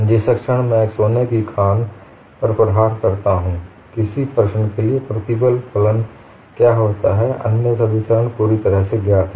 जिस क्षण मैं एक सोने की खान पर प्रहार करता हूं किसी प्रश्न के लिए प्रतिबल फलन क्या होता है अन्य सभी चरण पूरी तरह से ज्ञात हैं